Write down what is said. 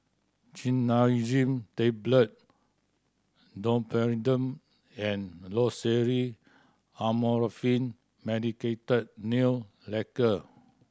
Cinnarizine Tablet Domperidone and Loceryl Amorolfine Medicated Nail Lacquer